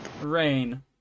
Rain